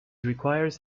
requires